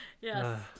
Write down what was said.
yes